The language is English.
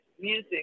Music